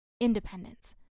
independence